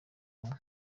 umwe